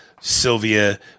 Sylvia